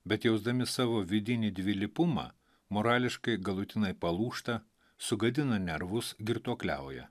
bet jausdami savo vidinį dvilypumą morališkai galutinai palūžta sugadina nervus girtuokliauja